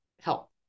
help